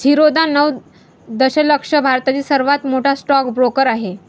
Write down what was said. झिरोधा नऊ दशलक्ष भारतातील सर्वात मोठा स्टॉक ब्रोकर आहे